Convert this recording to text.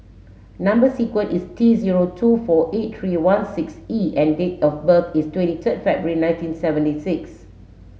number sequence is T zero two four eight three one six E and date of birth is twenty third February nineteen seventy six